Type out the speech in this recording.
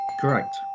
correct